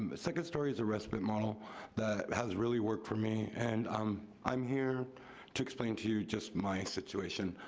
and second story's a respite model that has really worked for me, and um i'm here to explain to you just my situation,